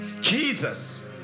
Jesus